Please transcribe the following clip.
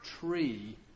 tree